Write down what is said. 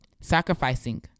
Sacrificing